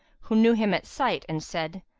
who knew him at sight and said,